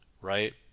right